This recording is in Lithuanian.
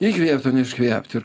įkvėpt o ne iškvėpt ir